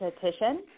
petition